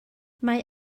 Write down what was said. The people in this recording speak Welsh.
mae